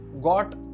got